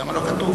למה לא כתוב?